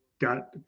got